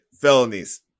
felonies